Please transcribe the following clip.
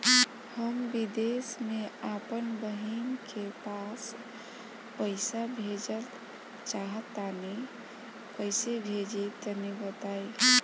हम विदेस मे आपन बहिन के पास पईसा भेजल चाहऽ तनि कईसे भेजि तनि बताई?